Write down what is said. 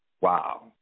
Wow